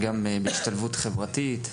אך גם בהשתלבות חברתית,